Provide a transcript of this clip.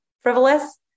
frivolous